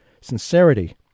Sincerity